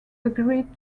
agreed